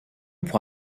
pour